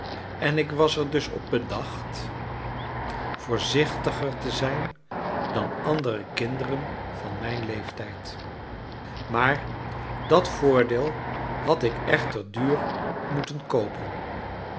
en ik was er dus op bedacht voorzichtiger te zijn dan andere kinderen van mijn leeftijd maar dat voordeel had ik echter duur moeten koopen